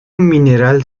mineral